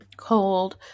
cold